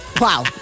wow